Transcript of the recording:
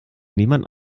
niemand